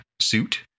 suit